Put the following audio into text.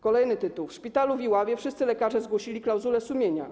Kolejny tytuł: „W szpitalu w Iławie wszyscy lekarze zgłosili klauzulę sumienia.